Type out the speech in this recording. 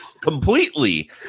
completely